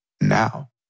now